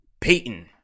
Payton